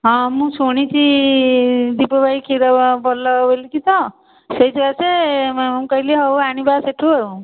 ହଁ ମୁଁ ଶୁଣିଛି ଦିପୁ ଭାଇ କ୍ଷୀର ଭଲ ବୋଲିକି ତ ସେହି ସକାଶେ ମୁଁ କହିଲି ହେଉ ଆଣିବା ସେଇଠୁ ଆଉ